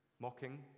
mocking